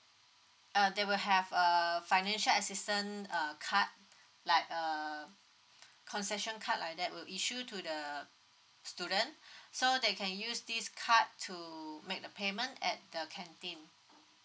uh they will have err financial assistance uh card like err concession card like that will issue to the student so they can use this card to make the payment at the canteen